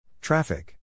Traffic